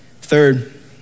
Third